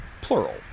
plural